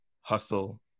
hustle